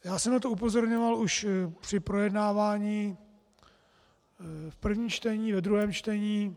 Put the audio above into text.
Já jsem na to upozorňoval už při projednávání v prvním čtení, ve druhém čtení.